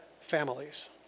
families